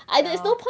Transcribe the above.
ya